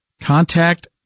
contact